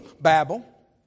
Babel